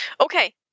Okay